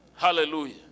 Hallelujah